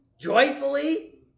joyfully